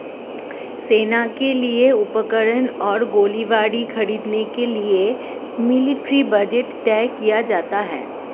सेना के लिए उपकरण और गोलीबारी खरीदने के लिए मिलिट्री बजट तय किया जाता है